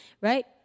Right